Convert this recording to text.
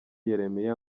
yeremiya